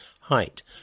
height